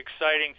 exciting